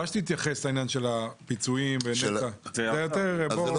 אולי היא תתייחס לעניין של הפיצויים לנת"ע ועל ה-120